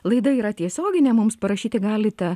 laida yra tiesioginė mums parašyti galite